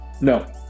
No